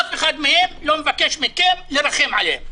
אף אחד מהם לא מבקש מכם לרחם עליהם,